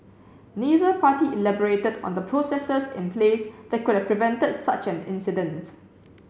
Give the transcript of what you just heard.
neither party elaborated on the processes in place that could have prevented such an incident